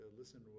listen